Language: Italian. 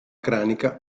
cranica